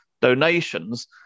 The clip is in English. donations